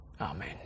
Amen